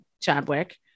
Chadwick